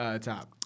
Top